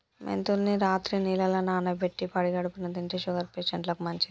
మెంతుల్ని రాత్రి నీళ్లల్ల నానబెట్టి పడిగడుపున్నె తింటే షుగర్ పేషంట్లకు మంచిది